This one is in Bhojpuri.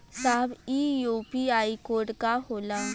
साहब इ यू.पी.आई कोड का होला?